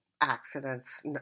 accidents